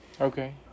Okay